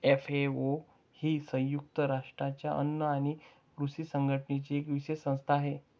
FAO ही संयुक्त राष्ट्रांच्या अन्न आणि कृषी संघटनेची एक विशेष संस्था आहे